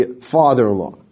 father-in-law